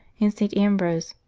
and st. ambrose,